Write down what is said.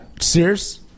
Sears